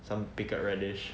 some pickled radish